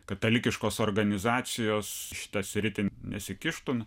katalikiškos organizacijos į šitą sritį nesikištų